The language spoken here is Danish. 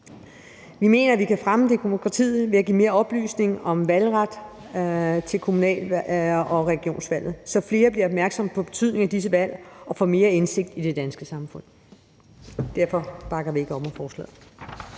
Vi mener, at vi kan fremme demokratiet ved at give mere oplysning om valgret til kommunale og regionale valg, så flere bliver opmærksom på betydningen af disse valg og får mere indsigt i det danske samfund. Derfor bakker vi ikke op om forslaget.